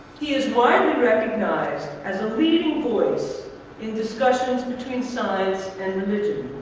he is widely recognized as a leading voice in discussions between science and religion.